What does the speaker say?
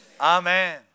Amen